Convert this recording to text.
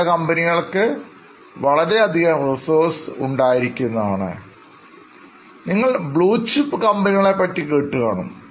ചില കമ്പനികൾക്കു വളരെയധികം Reserves ഉണ്ടായിരിക്കുന്നതാണ് നിങ്ങൾ ബ്ലൂചിപ്പ് കമ്പനികളെ പറ്റി കേട്ടുകാണും